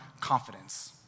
confidence